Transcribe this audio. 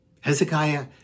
Hezekiah